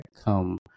come